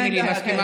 כן.